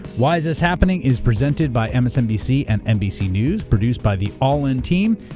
why is this happening is presented by msnbc and nbc news, produced by the all in team.